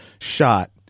shot